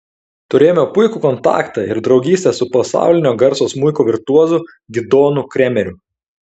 turėjome puikų kontaktą ir draugystę su pasaulinio garso smuiko virtuozu gidonu kremeriu